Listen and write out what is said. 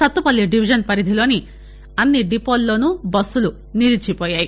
Sathupalli division పరిధిలోని అన్ని డిపోలలోనూ బస్సులు నిలిచిపోయ్యాయి